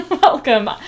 welcome